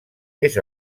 més